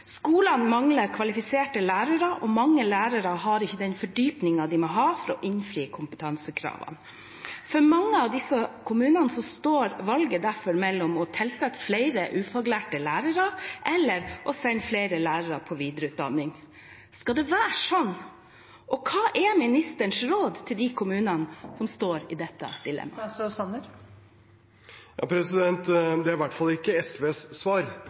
Skolene mangler kvalifiserte lærere, og mange lærere har ikke den fordypningen de må ha for å innfri kompetansekravene. For mange av disse kommunene står valget derfor mellom å tilsette flere ufaglærte lærere og å sende flere lærere på videreutdanning. Skal det være sånn? Og hva er ministerens råd til de kommunene som står i dette dilemmaet? Det er i hvert fall ikke SVs svar,